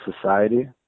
society